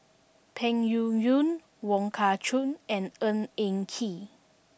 Peng Yuyun Wong Kah Chun and Ng Eng Kee